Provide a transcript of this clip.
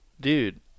dude